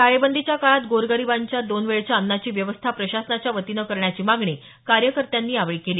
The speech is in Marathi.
टाळेबंदीच्या काळात गोर गरीबांच्या दोन वेळेच्या अन्नाची व्यवस्था प्रशासनाच्या वतीनं करण्याची मागणी कार्यकर्त्यांनी यावेळी केली